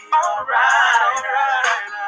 alright